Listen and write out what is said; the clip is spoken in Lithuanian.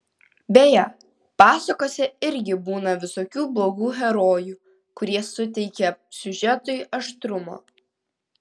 beje pasakose irgi būna visokių blogų herojų kurie suteikia siužetui aštrumo